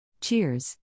Cheers